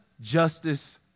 justice